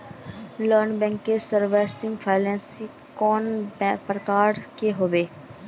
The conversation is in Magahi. नॉन बैंकिंग फाइनेंशियल सर्विसेज किस प्रकार के होबे है?